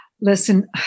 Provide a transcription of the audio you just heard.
listen